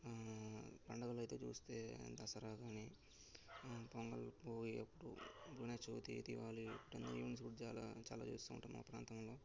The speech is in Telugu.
పండుగాలు అయితే చూస్తే దసరా గాని పొంగల్ భోగి అప్పుడు వినాయక చవితి దివాళి ఇట్టా ఈవెంట్స్ కూడా చాలా చాలా చేస్తుంటాం మా ప్రాంతంలో